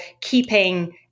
keeping